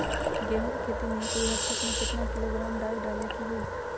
गेहूं के खेती में एक बीघा खेत में केतना किलोग्राम डाई डाले के होई?